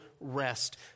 rest